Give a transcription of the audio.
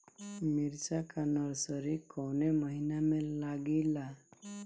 मिरचा का नर्सरी कौने महीना में लागिला?